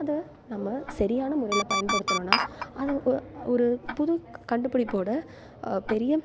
அதை நம்ம சரியான முறையில் பயன்படுத்தினோன்னா அது ஒ ஒரு புது க கண்டுபிடிப்போடு பெரிய